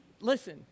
listen